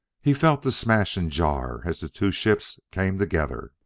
he felt the smash and jar as the two ships came together.